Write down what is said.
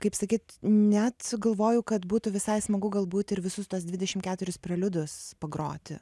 kaip sakyt net sugalvojau kad būtų visai smagu galbūt ir visus tuos dvidešimt keturis preliudus pagroti